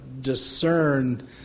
discern